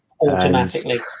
Automatically